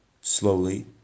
slowly